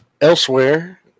Elsewhere